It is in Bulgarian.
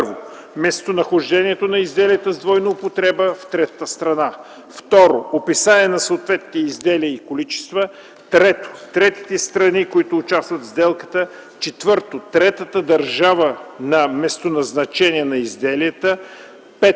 за: 1. местонахождението на изделията с двойна употреба в третата страна; 2. описание на съответните изделия и количества; 3. третите страни, които участват в сделката; 4. третата държава на местоназначение на изделията; 5. крайния